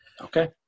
Okay